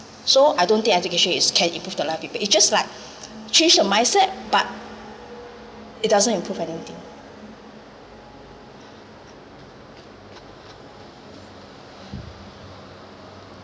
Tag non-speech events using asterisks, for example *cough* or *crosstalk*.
so I don't think education is can improve the life of people it's just like *breath* change your mindset but it doesn't improve anything